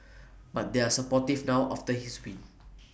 but they are supportive now after his win